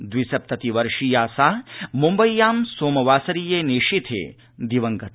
द्विसप्नति वर्षीया सा मुम्बय्यां सोमवासरीये निशीथे दिवंगता